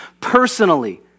personally